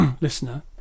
listener